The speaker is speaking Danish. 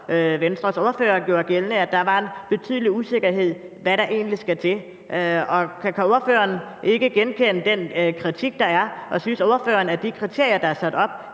også Venstres ordfører gjorde gældende, at der er en betydelig usikkerheden om, hvad der egentlig skal til. Kan ordføreren ikke genkende den kritik, der er? Og synes ordføreren, at de kriterier, der er sat op,